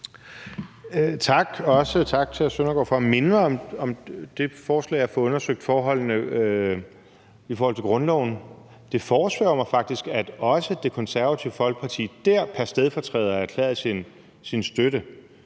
tak til hr. Søren Søndergaard for at minde om forslaget om at få undersøgt forholdene i forhold til grundloven. Det foresvæver mig faktisk, at også Det Konservative Folkeparti dér pr. stedfortræder erklærede sin støtte